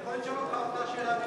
אני יכול לשאול אותך אותה שאלה,